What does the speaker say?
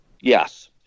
Yes